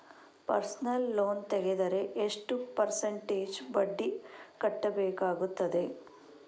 Personal loan ತೆಗೆದರೆ ಎಷ್ಟು percentage ಬಡ್ಡಿ ಕಟ್ಟಬೇಕಾಗುತ್ತದೆ?